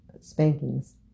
spankings